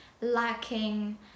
lacking